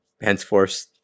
henceforth